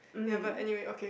ya but anyway okay